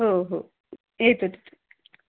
हो हो येतोच